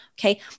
Okay